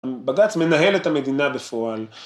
בג״ץ מנהל את המדינה בפועל.